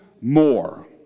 more